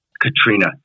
Katrina